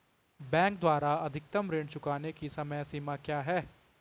Bank द्वारा अधिकतम ऋण चुकाने की समय सीमा क्या है?